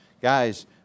Guys